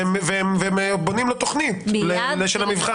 בית המשפט אומר והוא מיד מועבר לטיפולם והם בונים לו תוכנית של המבחן.